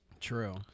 True